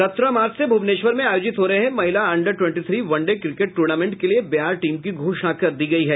सत्रह मार्च से भुवनेश्वर में आयोजित हो रहे महिला under twenty three one day cricket tournament के लिये बिहार टीम की घोषणा कर दी गयी है